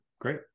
Great